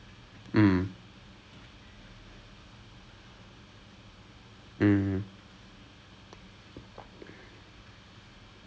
so ya I know I'm not going to struggle to get a job I'll eventually get a job அதெல்லாம் எனக்கு தெரியும்:athaelaam enakku theriyum my பிரச்சனை:pirachanai right now வந்து என்னன்னா:vanthu ennannaa now is like but I'm not good at this